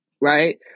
Right